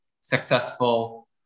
successful